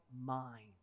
mind